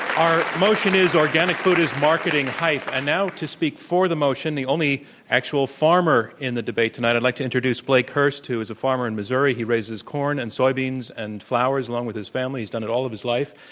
our motion is organic food is marketing hype, and now to speak for the motion, the only actual farmer in the debate tonight. i'd like to introduce blake hurst, who is a farmer in missouri. he raises corn and soybeans an d and flowers along with his family. he's done it all of his life.